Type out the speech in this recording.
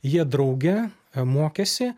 jie drauge mokėsi